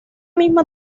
misma